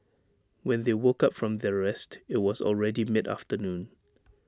when they woke up from their rest IT was already mid afternoon